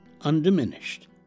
Undiminished